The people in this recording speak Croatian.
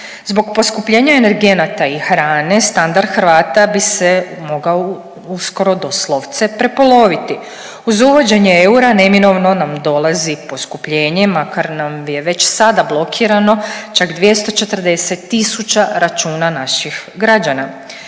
Zbog poskupljenja energenata i hrane, standard Hrvata bi se mogao uskoro doslovce prepoloviti. Uz uvođenje eura, neminovno nam dolazi poskupljenje, makar nam je već sada blokirano, čak 240 tisuća računa naših građana.